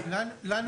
בבקשה.